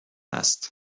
است